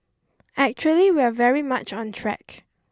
actually we are very much on track